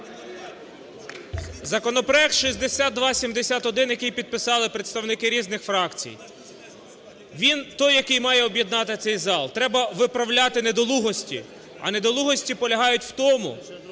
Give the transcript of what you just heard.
Законопроект 6271, який підписали представники різних фракцій, він той, який має об'єднати цей зал. Треба виправляти недолугості, а недолугості полягають в тому,